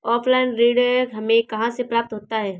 Offline ऋण हमें कहां से प्राप्त होता है?